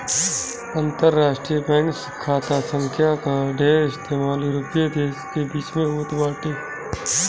अंतरराष्ट्रीय बैंक खाता संख्या कअ ढेर इस्तेमाल यूरोपीय देस के बीच में होत बाटे